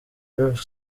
rev